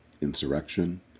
insurrection